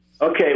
Okay